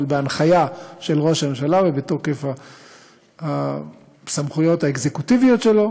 אבל בהנחיה של ראש הממשלה ובתוקף הסמכויות האקזקוטיביות שלו.